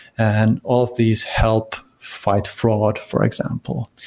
and all of these help fight fraud, for example.